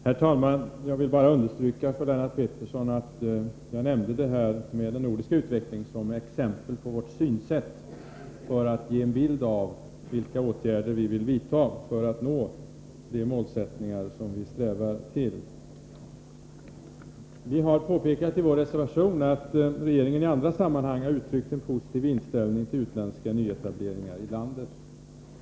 Herr talman! Jag vill bara understryka för Lennart Pettersson att jag nämnde den nordiska utvecklingen som ett exempel på vårt synsätt, för att ge en bild av vilka åtgärder som vi vill vidta för att nå de målsättningar som vi strävar till. Vi har i vår reservation påpekat att regeringen i andra sammanhang har uttryckt en positiv inställning till utländska nyetableringar i landet.